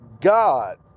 God